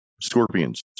Scorpions